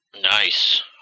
Nice